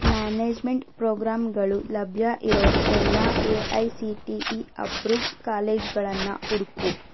management ಪ್ರೋಗ್ರಾಮ್ಗಳು ಲಭ್ಯ ಇರೋ ಎಲ್ಲ A I C T E approved ಕಾಲೇಜುಗಳನ್ನು ಹುಡುಕು